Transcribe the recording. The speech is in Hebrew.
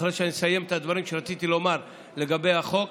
אחרי שאני אסיים את הדברים שרציתי לומר לגבי החוק,